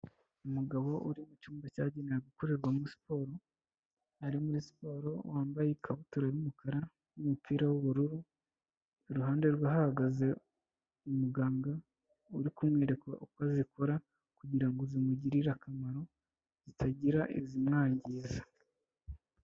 Umugabo uri mu cyumba cyagenewe gukorerwamo siporo, ari muri siporo, wambaye ikabutura y'umukara n'umupira w'ubururu, iruhande rwe hahagaze umuganga uri kumwerera uko zikorwa, kugirango zimugirire akamaro, zitagira izimwangiza.